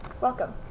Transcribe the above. welcome